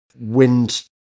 wind